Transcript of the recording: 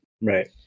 right